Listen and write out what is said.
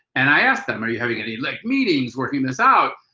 and i asked them, are you having any like meetings working this out?